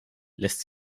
lässt